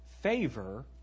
favor